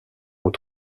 aux